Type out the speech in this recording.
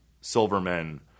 Silverman